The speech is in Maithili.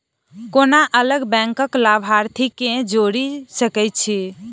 कोना अलग बैंकक लाभार्थी केँ जोड़ी सकैत छी?